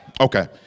Okay